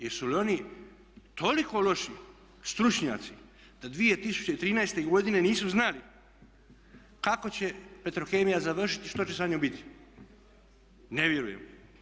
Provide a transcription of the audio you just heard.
Jesu li oni toliko loši stručnjaci da 2013.godine nisu znali kako će Petrokemija završiti i što će sa njom biti, ne vjerujem.